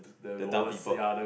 the dumb people